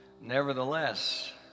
nevertheless